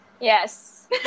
Yes